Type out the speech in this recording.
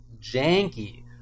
janky